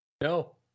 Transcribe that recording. No